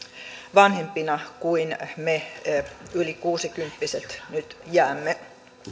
vanhempina kuin me yli kuusikymppiset nyt jäämme